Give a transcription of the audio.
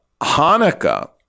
Hanukkah